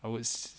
I was